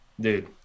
dude